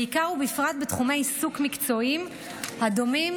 בעיקר ובפרט בתחומי עיסוק מקצועיים הדומים